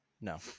No